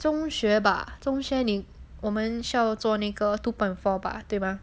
中学吧~我们 show 做那个 two point four 吧对吧